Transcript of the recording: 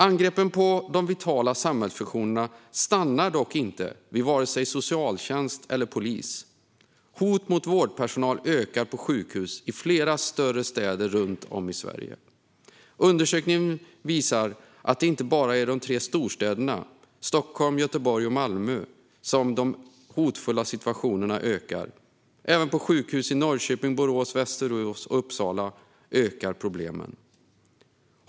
Angreppen på de vitala samhällsfunktionerna stannar dock inte vid vare sig socialtjänst eller polis. Hot mot vårdpersonal ökar på sjukhus i flera större städer runt om i Sverige. En undersökning visar att det inte bara är i de tre storstäderna Stockholm, Göteborg och Malmö som de hotfulla situationerna ökar. Även på sjukhus i Norrköping, Borås, Västerås och Uppsala ökar problemen.